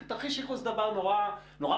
כי תרחיש ייחוס זה דבר נורא פשוט.